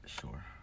Sure